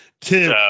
Tim